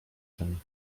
tym